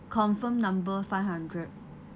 confirmed number five hundred